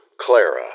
Clara